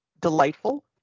delightful